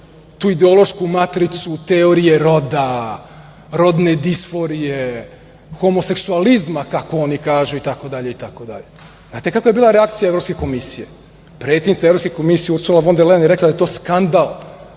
tu ideološku matricu teorije roda, rodne disforije, homoseksualizma kako oni kažu, itd. Znate kakva je bila reakcija Evropske komisije? Predsednica Evropske komisije Ursula fon der Lajn je rekla da je to skandal,